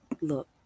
Look